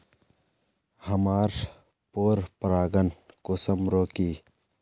हमार पोरपरागण कुंसम रोकीई?